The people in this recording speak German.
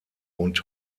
und